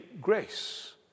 grace